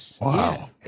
Wow